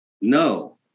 No